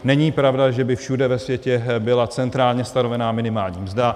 Není pravda, že by všude ve světě byla centrálně stanovená minimální mzda.